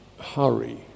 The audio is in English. hurry